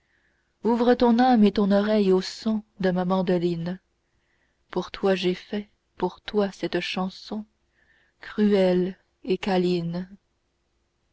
ouvre ton âme et ton oreille au son de ma mandoline pour toi j'ai fait pour toi cette chanson cruelle et câline